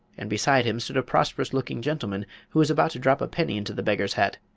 and beside him stood a prosperous-looking gentleman who was about to drop a penny into the beggar's hat.